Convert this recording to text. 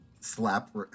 slap